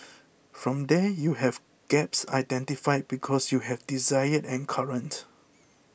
from there you have gaps identified because you have desired and current